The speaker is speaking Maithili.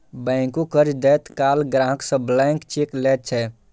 बैंको कर्ज दैत काल ग्राहक सं ब्लैंक चेक लैत छै